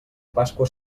pasqua